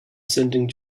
sending